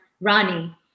Rani